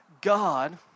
God